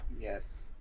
Yes